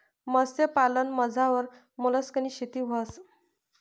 मत्स्यपालनमझार मोलस्कनी शेती व्हस